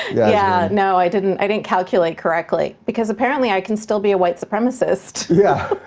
yeah, no, i didn't i didn't calculate correctly because apparently i can still be a white supremacist. yeah,